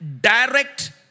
Direct